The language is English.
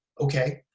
Okay